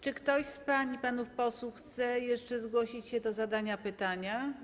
Czy ktoś z pań i panów posłów chce jeszcze zgłosić się do zadania pytania?